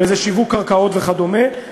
שזה שיווק קרקעות וכדומה,